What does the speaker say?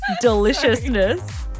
deliciousness